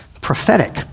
prophetic